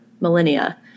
millennia